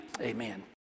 Amen